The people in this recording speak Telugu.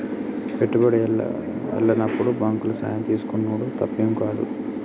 పెట్టుబడి ఎల్లనప్పుడు బాంకుల సాయం తీసుకునుడు తప్పేం గాదు